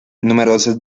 numerosas